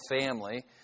family